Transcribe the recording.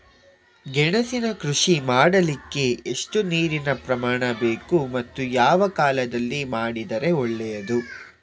ಗೆಣಸಿನ ಕೃಷಿ ಮಾಡಲಿಕ್ಕೆ ಎಷ್ಟು ನೀರಿನ ಪ್ರಮಾಣ ಬೇಕು ಮತ್ತು ಯಾವ ಕಾಲದಲ್ಲಿ ಮಾಡಿದರೆ ಒಳ್ಳೆಯದು?